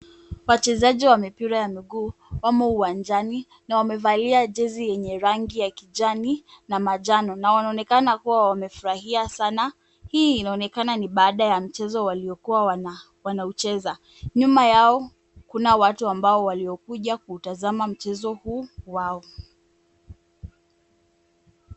Wachezaji wa mipira ya mguu wamo uwanjani na wamevalia jezi yenye rangi ya kijani na manjano na wanaonekana kuwa wamefurahia sana, hii inaonekana ni baada ya mchezo waliokuwa wanaucheza. Nyuma yao kuna watu ambao waliokuja kutazama mchezo huu wao.